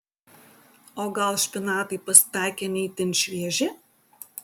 o gal špinatai pasitaikė ne itin švieži